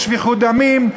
לשפיכות דמים,